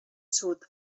sud